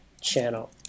channel